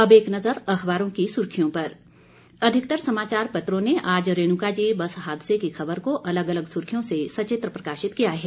अब एक नजर अखबारों की सुर्खियों पर अधिकतर समाचापत्रों ने आज रेणुका जी बस हादसे की खबर को अलग अलग सुर्खियों से सचित्र प्रकाशित किया है